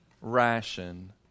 ration